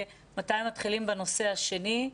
ומתי מתחילים בנושא השני?